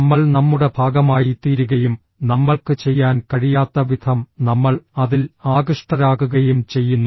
നമ്മൾ നമ്മുടെ ഭാഗമായിത്തീരുകയും നമ്മൾക്ക് ചെയ്യാൻ കഴിയാത്തവിധം നമ്മൾ അതിൽ ആകൃഷ്ടരാകുകയും ചെയ്യുന്നു